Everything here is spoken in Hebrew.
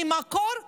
ממקור אנונימי,